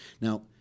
Now